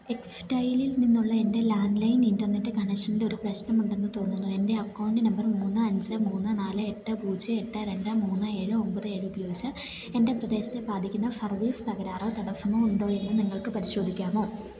എക്സ്സ്റ്റൈലിൽ നിന്നുള്ള എൻ്റെ landline internet കണക്ഷൻല് ഒരു പ്രശ്നമുണ്ടെന്ന് തോന്നുന്നു എൻ്റെ അക്കൌണ്ട് നമ്പർ മൂന്ന് അഞ്ച് മൂന്ന് നാല് എട്ട് പൂജ്യം എട്ട് രണ്ട് മൂന്ന് ഏഴ് ഒൻപത് ഏഴ് ഉപയോഗിച്ച് എൻ്റെ പ്രദേശത്തെ ബാധിക്കുന്ന സർവീസ് തകരാറോ തടസ്സമോ ഉണ്ടോ എന്ന് നിങ്ങൾക്ക് പരിശോധിക്കാമോ